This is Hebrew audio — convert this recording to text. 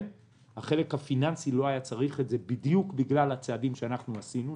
החלק הפיננסי לא היה צריך את זה בדיוק בגלל הצעדים שאנחנו עשינו.